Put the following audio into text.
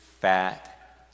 fat